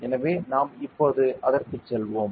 எனவே நாம் இப்போது அதற்குச் செல்வோம்